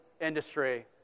industry